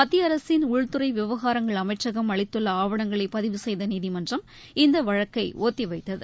மத்திய அரசின் உள்துறை விவகாரங்கள் அமைச்சகம் அளித்துள்ள ஆவணங்களை பதிவு செய்த நீதிமன்றம் இந்த வழக்கை ஒத்திவைத்தது